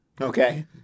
Okay